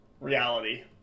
reality